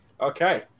Okay